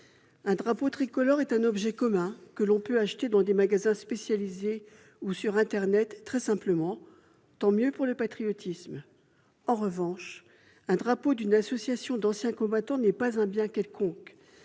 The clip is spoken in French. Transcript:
Un drapeau tricolore est un objet commun que l'on peut acheter très simplement dans des magasins spécialisés ou sur internet ; tant mieux pour le patriotisme ! En revanche, un drapeau d'une association d'anciens combattants n'est pas un bien quelconque